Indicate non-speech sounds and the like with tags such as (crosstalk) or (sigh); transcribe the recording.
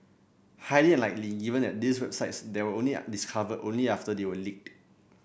highly unlikely given that these websites were only (unintelligible) discovered only after they were leaked